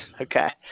Okay